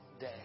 day